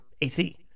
AC